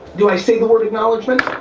do i say the word acknowledgements?